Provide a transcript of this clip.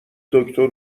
دکتر